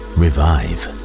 revive